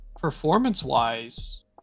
performance-wise